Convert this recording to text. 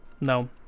no